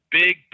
big